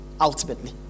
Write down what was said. ultimately